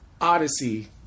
Odyssey